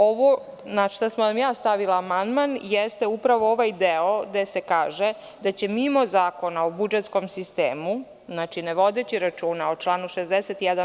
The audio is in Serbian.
Ovo na šta sam ja stavila amandman jeste upravo ovaj deo, gde se kaže da će mimo Zakona o budžetskom sistemu, znači, ne vodeći računa o članu 61.